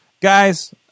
guys